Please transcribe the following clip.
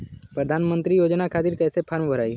प्रधानमंत्री योजना खातिर कैसे फार्म भराई?